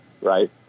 right